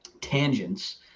tangents